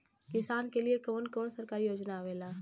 किसान के लिए कवन कवन सरकारी योजना आवेला?